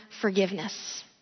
forgiveness